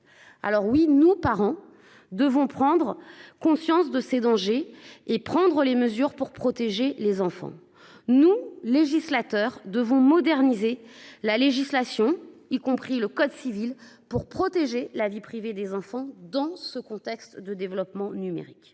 privée. Nous, parents, devons prendre conscience de ces dangers et prendre des mesures pour protéger nos enfants. Nous, législateurs, devons moderniser la loi, y compris le code civil, pour protéger la vie privée des enfants dans le contexte du développement du numérique.